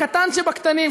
הקטן שבקטנים,